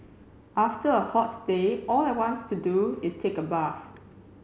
after a hot day all I want to do is take a bath